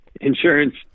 insurance